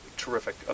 terrific